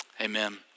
Amen